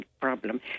Problem